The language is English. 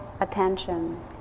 attention